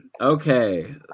Okay